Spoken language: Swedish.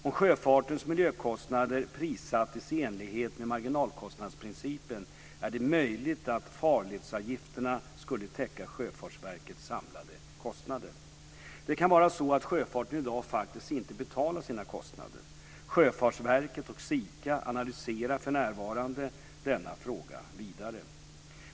Om sjöfartens miljökostnader prissattes i enlighet med marginalkostnadsprincipen är det möjligt att farledsavgifterna skulle täcka Sjöfartsverkets samlade kostnader. Det kan vara så att sjöfarten i dag faktiskt inte betalar sina kostnader. Sjöfartsverket och SIKA analyserar för närvarande denna fråga vidare.